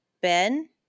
Ben